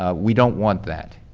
ah we don't want that.